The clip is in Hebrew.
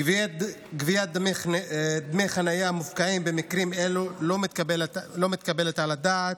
גביית דמי חניה מופקעים במקרים אלו לא מתקבלת על הדעת,